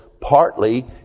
partly